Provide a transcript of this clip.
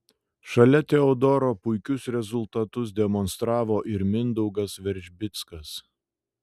šalia teodoro puikius rezultatus demonstravo ir mindaugas veržbickas